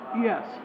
Yes